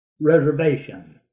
reservation